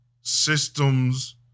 systems